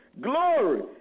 Glory